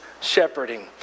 shepherding